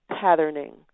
patterning